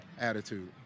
attitude